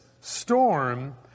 storm